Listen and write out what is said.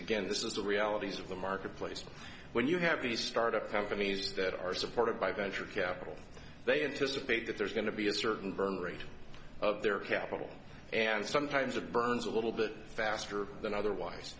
again this is the realities of the marketplace when you have these start up companies that are supported by venture capital they anticipate that there's going to be a certain birthrate of their capital and sometimes of burns a little bit faster than otherwise